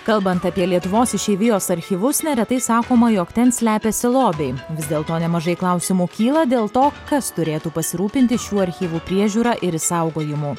kalbant apie lietuvos išeivijos archyvus neretai sakoma jog ten slepiasi lobiai vis dėlto nemažai klausimų kyla dėl to kas turėtų pasirūpinti šių archyvų priežiūra ir išsaugojimu